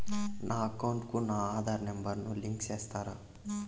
నా అకౌంట్ కు నా ఆధార్ నెంబర్ ను లింకు చేసారా